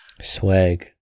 Swag